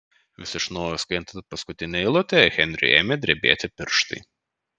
vis iš naujo skaitant paskutinę eilutę henriui ėmė drebėti pirštai